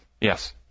yes